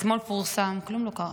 אתמול פורסם, כלום לא קרה.